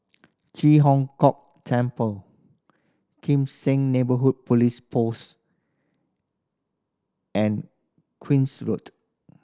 Ji Hong Kok Temple Kim Seng Neighbourhood Police Post and Queen's Road